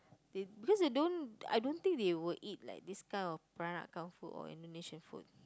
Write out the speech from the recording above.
they because they don't I don't think they would eat like this kind of Peranakan food or Indonesian food